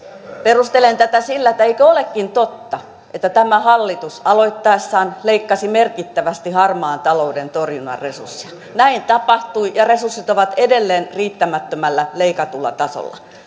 perustelen tätä sillä että eikö olekin totta että tämä hallitus aloittaessaan leikkasi merkittävästi harmaan talouden torjunnan resursseja näin tapahtui ja resurssit ovat edelleen riittämättömällä leikatulla tasolla